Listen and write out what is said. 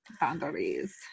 Boundaries